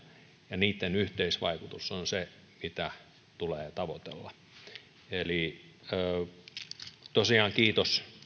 ja niitten yhteisvaikutus on se mitä tulee tavoitella tosiaan kiitos